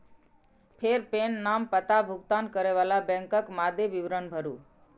फेर पेन, नाम, पता, भुगतान करै बला बैंकक मादे विवरण भरू